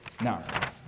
Now